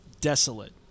Desolate